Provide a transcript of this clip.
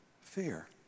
fear